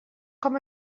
com